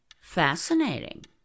Fascinating